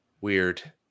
weird